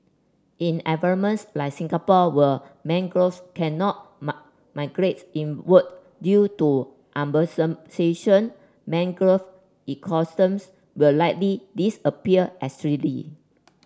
in ever like Singapore where mangrove cannot migrates inward due to urbanisation mangrove ecosystems will likely disappear